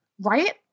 Right